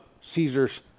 Caesar's